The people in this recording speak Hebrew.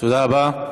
תודה רבה.